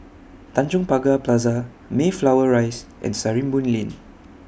Tanjong Pagar Plaza Mayflower Rise and Sarimbun Lane